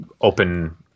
open